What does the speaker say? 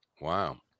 Wow